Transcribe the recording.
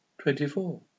Twenty-four